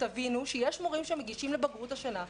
תבינו שיש מורים שמגישים לבגרות השנה,